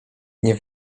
nie